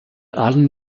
allen